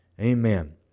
Amen